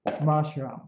mushrooms